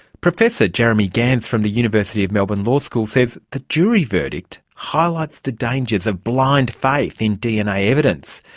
professor jeremy gans from the university of melbourne law school says the jury verdict highlights the dangers of blind faith in dna evidence.